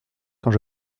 quand